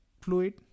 fluid